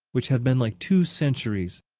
which have been like two centuries.